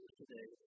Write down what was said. today